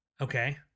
okay